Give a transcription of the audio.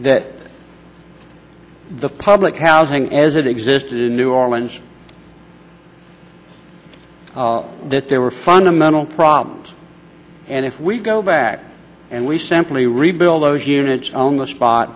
that the public housing as it existed in new orleans that there were fundamental problems and if we go back and we simply rebuild those units on the spot